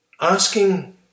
asking